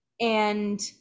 and-